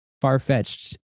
far-fetched